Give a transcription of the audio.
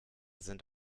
sind